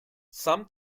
some